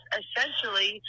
essentially